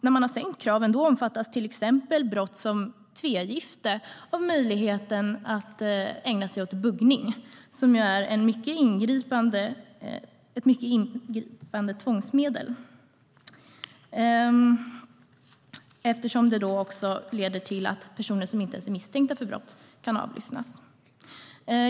När man har sänkt kraven omfattas till exempel brott som tvegifte av möjligheten att ägna sig åt buggning, som är ett mycket ingripande tvångsmedel eftersom det leder till att personer som inte ens är misstänkta för brott kan avlyssnas.